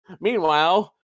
Meanwhile